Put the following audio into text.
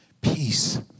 Peace